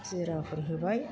जिराफोर होबाय